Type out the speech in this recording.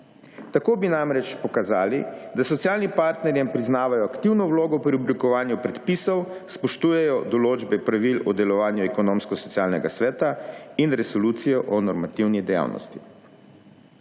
Tako bi namreč pokazali, da socialnim partnerjem priznavajo aktivno vlogo pri oblikovanju predpisov, spoštujejo določbe pravil o delovanju ekonomsko-socialnega sveta in resolucijo o normativni dejavnosti.